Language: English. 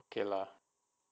okay lah